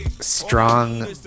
Strong